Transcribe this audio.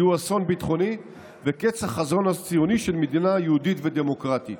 יהיו אסון ביטחוני וקץ החזון הציוני של מדינה יהודית ודמוקרטית.